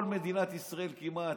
כל מדינת ישראל כמעט,